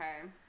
Okay